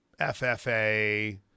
FFA